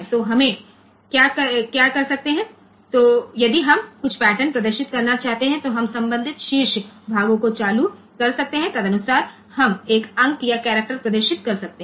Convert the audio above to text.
तो हम क्या कर सकते हैं यदि हम कुछ पैटर्न प्रदर्शित करना चाहते हैं जो हम संबंधित शीर्ष भागों को चालू कर सकते हैं तदनुसार हम एक अंक या करैक्टर प्रदर्शित कर सकते हैं